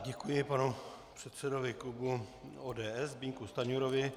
Děkuji panu předsedovi klubu ODS Zbyňku Stanjurovi.